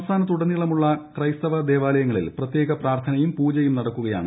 സംസ്ഥാനത്തുടനീളമുള്ള ക്രിസ്ത്രീയ ദേവാലയങ്ങളിൽ പ്രത്യേക പ്രാർത്ഥനയും പൂജയും നടക്കുകയാണ്